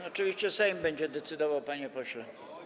Oczywiście Sejm będzie o tym decydował, panie pośle.